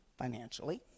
financially